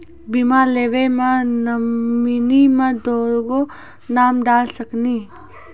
बीमा लेवे मे नॉमिनी मे दुगो नाम डाल सकनी?